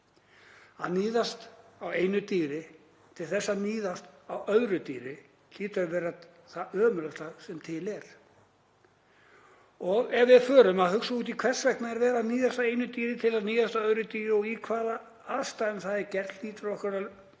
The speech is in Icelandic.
Að níðast á einu dýri til þess að níðast á öðru dýri hlýtur að vera það ömurlegasta sem til er. Ef við förum að hugsa út í hvers vegna verið er að níðast á einu dýri til að níðast á öðru dýri og í hvaða aðstæðum það er gert hlýtur okkur að